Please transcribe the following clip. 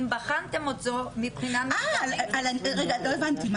לא הבנתי.